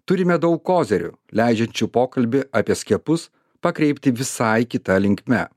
turime daug kozerių leidžiančių pokalbį apie skiepus pakreipti visai kita linkme